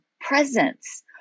presence